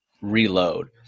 reload